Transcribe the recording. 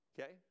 Okay